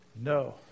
No